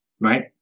right